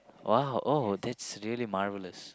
!wow! oh that's really marvelous